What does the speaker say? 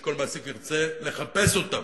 שכל מעסיק ירצה לחפש אותם.